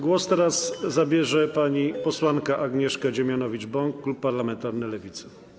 Głos teraz zabierze pani posłanka Agnieszka Dziemianowicz-Bąk, klub parlamentarny Lewicy.